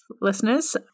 listeners